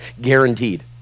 guaranteed